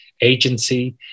agency